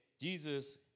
Jesus